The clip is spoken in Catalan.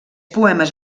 poemes